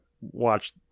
watch